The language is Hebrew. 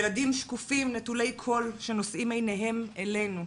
ילדים שקופים נטולי כול שנושאים עיניהם אלינו,